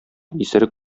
исерек